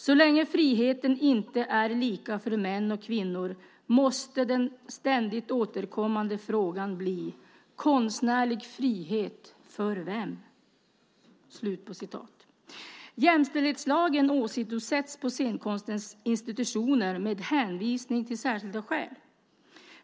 Så länge friheten inte är lika för män och kvinnor, måste den ständigt återkommande frågan bli: Konstnärlig frihet, för vem?" Jämställdhetslagen åsidosätts på scenkonstens institutioner med hänvisning till särskilda skäl.